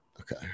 Okay